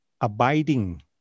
abiding